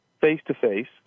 face-to-face –